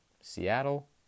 Seattle